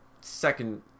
second